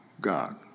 God